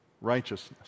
righteousness